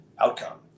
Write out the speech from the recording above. outcome